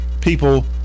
people